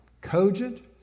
cogent